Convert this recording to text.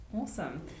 awesome